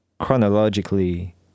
chronologically